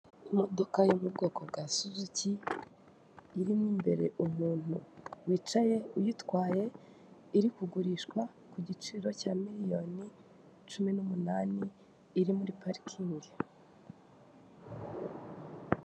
Imodoka yo mu bwoko bwa suzuki irimo imbere umuntu wicaye uyitwaye, iri kugurishwa ku giciro cya miliyoni cumi n'umunani, iri muri parikingi.